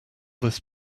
this